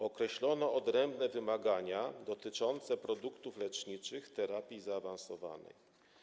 Określono odrębne wymagania dotyczące produktów leczniczych terapii zaawansowanej.